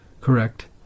correct